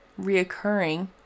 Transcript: reoccurring